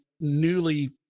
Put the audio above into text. newly